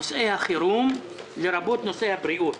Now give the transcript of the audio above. נושאי החירום, לרבות נושאי הבריאות.